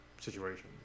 situation